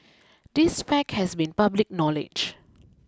this fact has been public knowledge